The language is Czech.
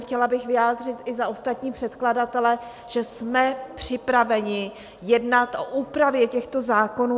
Chtěla bych vyjádřit i za ostatní předkladatele, že jsme připraveni jednat o úpravě těchto zákonů.